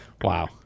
Wow